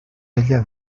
ella